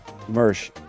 Mersh